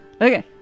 okay